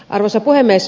arvoisa puhemies